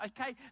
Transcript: Okay